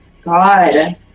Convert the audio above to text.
God